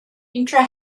intra